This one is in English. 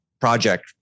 project